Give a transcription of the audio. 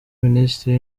minisitiri